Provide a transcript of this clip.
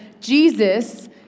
Jesus